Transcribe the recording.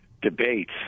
debates